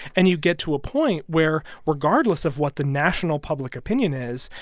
and you get to a point where regardless of what the national public opinion is,